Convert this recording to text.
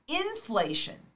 inflation